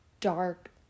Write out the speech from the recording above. dark